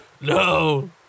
No